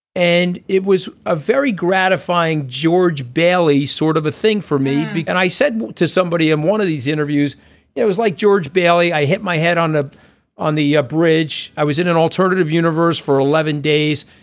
and it was a very gratifying george bailey sort of a thing for me. and i said to somebody in one of these interviews it was like george bailey i hit my head on the ah on the ah bridge. i was in an alternative universe for eleven days.